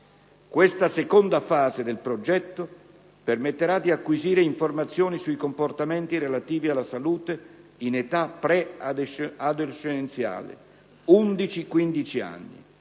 Questa seconda fase del progetto permetterà di acquisire informazioni sui comportamenti relativi alla salute in età pre-adolescenziale